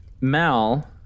Mal